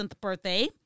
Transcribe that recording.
birthday